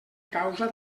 causa